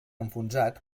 enfonsat